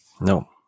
No